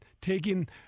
taking